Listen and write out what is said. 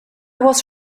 was